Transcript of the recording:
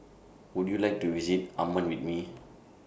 Would YOU like to visit Amman with Me